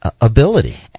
ability